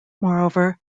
moreover